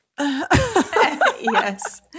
Yes